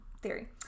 theory